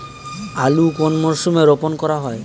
আলু কোন মরশুমে রোপণ করা হয়?